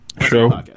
Show